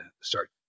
start